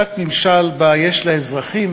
שיטת ממשל שבה יש לאזרחים